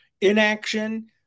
Inaction